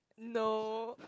no